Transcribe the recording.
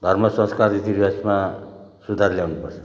धर्म संस्कार रीति रिवाजमा सुधार ल्याउनु पर्छ